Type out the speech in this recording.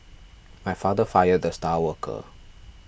my father fired the star worker